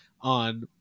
on